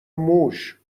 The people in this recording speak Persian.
موش